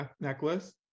necklace